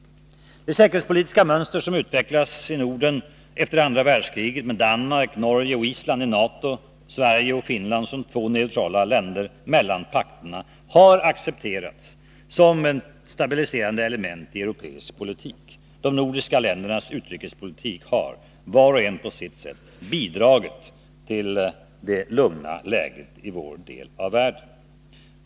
Det säkerhetspolitiska mönster som har utvecklats i Norden efter andra världskriget, med Danmark, Norge och Island i NATO och Sverige och Finland som två neutrala länder mellan pakterna, har accepterats som ett stabiliserade element i europeisk politik. De nordiska ländernas utrikespolitik har, var och en på sitt sätt, bidragit till det lugna läget i vår del av världen.